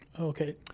okay